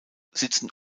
sitzen